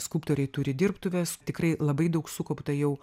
skulptoriai turi dirbtuves tikrai labai daug sukaupta jau